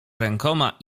rękoma